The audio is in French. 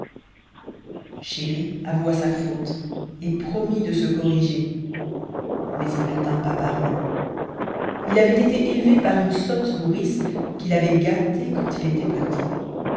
chéri avoua sa faute et promit de se corriger mais il ne tint pas sa parole il avait été élevé par une sotte nourrice qui l'avait gâté quand il était petit